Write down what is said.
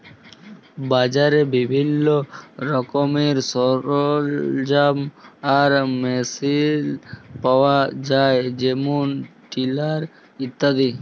বাজারে বিভিল্ল্য রকমের সরলজাম আর মেসিল পাউয়া যায় যেমল টিলার ইত্যাদি